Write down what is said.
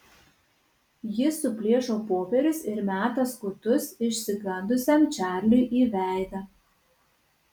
ji suplėšo popierius ir meta skutus išsigandusiam čarliui į veidą